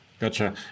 Gotcha